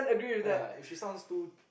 ya if she sounds too